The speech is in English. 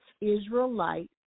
Israelite